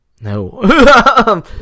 No